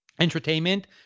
entertainment